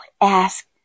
ask